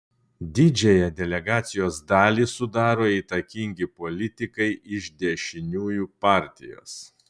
didžiąją delegacijos dalį sudaro įtakingi politikai iš dešiniųjų partijos